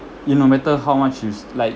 you no matter how much you like